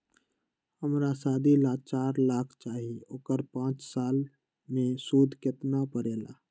हमरा शादी ला चार लाख चाहि उकर पाँच साल मे सूद कितना परेला?